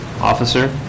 officer